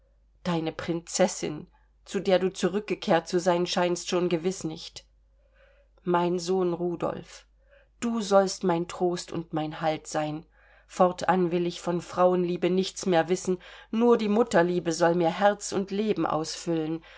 deine prinzessin zu der du zurückgekehrt zu sein scheinst schon gewiß nicht mein sohn rudolf du sollst mein trost und mein halt sein fortan will ich von frauenliebe nichts mehr wissen nur die mutterliebe soll mir herz und leben ausfüllen